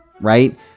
right